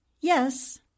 Yes